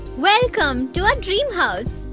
welcome to our dream house